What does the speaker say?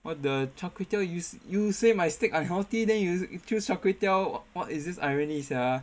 what the char kway teow you you say my steak unhealthy then you choose char kway teow what is this irony sia